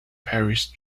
parish